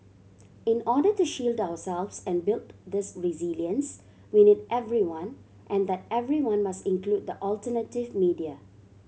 in order to shield ourselves and build this resilience we need everyone and that everyone must include the alternative media